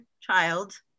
child